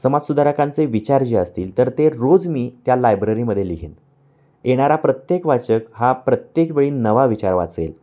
समाजसुधाराकांचे विचार जे असतील तर ते रोज मी त्या लायब्ररीमध्ये लिहिन येणारा प्रत्येक वाचक हा प्रत्येक वेळी नवा विचार वाचेल